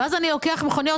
אז אני לוקחת מכונית,